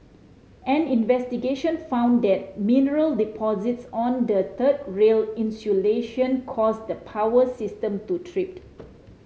an investigation found that mineral deposits on the third rail insulation caused the power system to trip